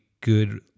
good